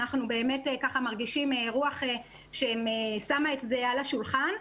אנחנו באמת ככה מרגישים רוח ששמה את זה על השולחן,